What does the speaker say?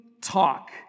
talk